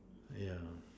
yeah